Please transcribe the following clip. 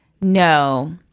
No